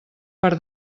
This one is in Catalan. per